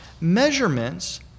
measurements